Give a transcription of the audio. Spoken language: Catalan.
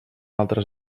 altres